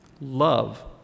Love